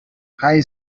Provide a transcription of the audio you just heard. high